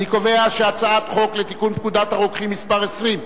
אני קובע שחוק לתיקון פקודת הרוקחים (מס' 20),